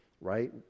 right